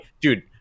dude